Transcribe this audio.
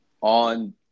on